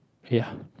ya